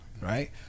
right